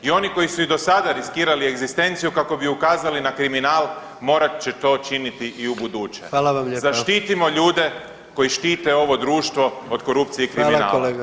I oni koji su i do sada riskirali egzistenciju kako bi ukazali na kriminal morat će to činiti i u buduće [[Upadica predsjednik: Hvala vam lijepa.]] Zaštitimo ljude koji štite ovo društvo od korupcije i kriminala.